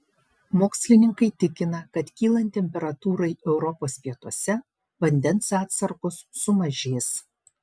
mokslininkai tikina kad kylant temperatūrai europos pietuose vandens atsargos sumažės